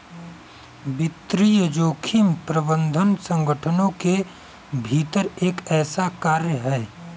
वित्तीय जोखिम प्रबंधन संगठनों के भीतर एक ऐसा कार्य है